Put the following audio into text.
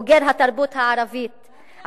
בוגר התרבות הערבית,